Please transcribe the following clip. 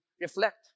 reflect